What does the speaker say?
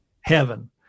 heaven